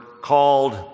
called